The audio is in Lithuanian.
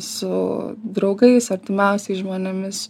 su draugais artimiausiais žmonėmis